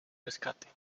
rescate